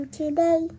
today